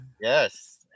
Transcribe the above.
yes